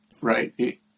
Right